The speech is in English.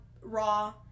raw